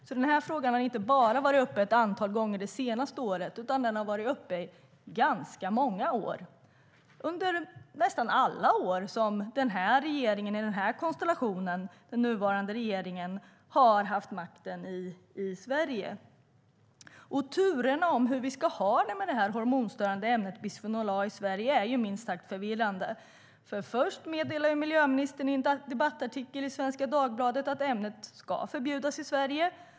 Frågan har alltså inte bara varit uppe ett antal gånger det senaste året, utan den har varit uppe i ganska många år, under nästan alla år som den nuvarande regeringen har haft makten i Sverige. Och turerna om hur vi ska ha det med det hormonstörande ämnet bisfenol A i Sverige är minst sagt förvirrande. Först meddelade miljöministern i en debattartikel i Svenska Dagbladet att ämnet ska förbjudas i Sverige.